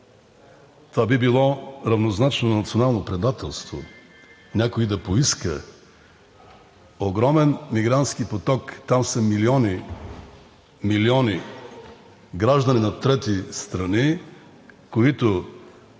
това би било равнозначно на национално предателство, някой да поиска огромен мигрантски поток. Там са милиони граждани на трети страни, които,